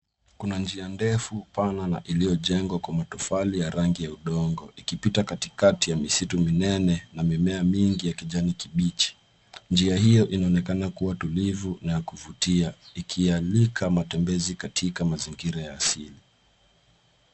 Kuna njia ndefu pana na iliyojengwa kwa matafoli ya rangi ya udongo ikipita katikati ya misitu minene na mimea mingi ya kijani kibichi, njia hiyo inaonekana kuwa tulivu na ya kuvutia ikialika matembeza katika mazingira ya asili.